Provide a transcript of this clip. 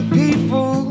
people